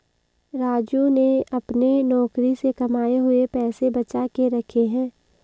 राजू ने अपने नौकरी से कमाए हुए पैसे बचा के रखे हैं